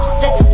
six